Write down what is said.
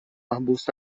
arbusto